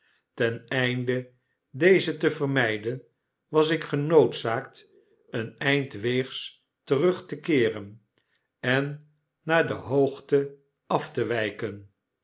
ten einde deze te vermyden was ik genoodzaakt een eind weegs terug te keeren en naar de hoogten af te wyken